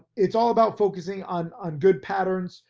it's all about focusing on on good patterns,